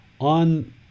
on